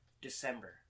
December